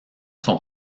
sont